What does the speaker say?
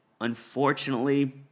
unfortunately